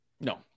No